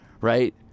right